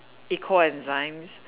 eco enzyme